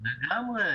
לגמרי.